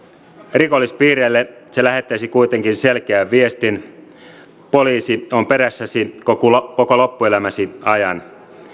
rikollispiireille se lähettäisi kuitenkin selkeän viestin poliisi on perässäsi koko koko loppuelämäsi ajan